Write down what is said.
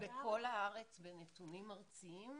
בכל הארץ, בנתונים ארציים,